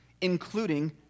including